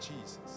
Jesus